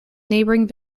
neighbouring